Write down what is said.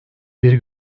bir